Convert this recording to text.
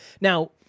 Now